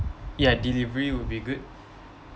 ya delivery would be good